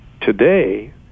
Today